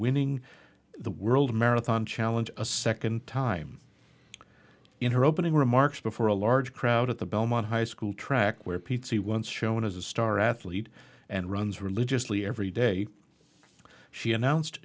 winning the world marathon challenge a second time in her opening remarks before a large crowd at the belmont high school track where pizzey once shone as a star athlete and runs religiously every day she announced